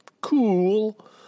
cool